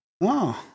Wow